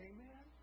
Amen